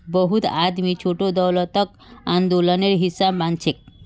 बहुत आदमी छोटो दौलतक आंदोलनेर हिसा मानछेक